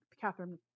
Catherine